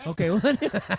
Okay